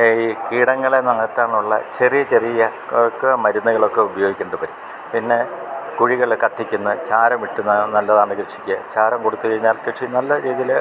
ഈ കീടങ്ങളെ നികത്താൻ ഉള്ള ചെറിയ ചെറിയ കൊക്കോ മരുന്ന്കളക്കെ ഉപയോഗിക്കേണ്ടി വരും പിന്നെ കുഴികൾ കത്തിക്കുന്ന ചാരമിട്ട് നല്ലതാണ് കൃഷിക്ക് ചാരം കൊടുത്ത് കഴിഞ്ഞാൽ കൃഷി നല്ല രീതിയിൽ